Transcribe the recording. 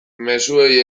mezuei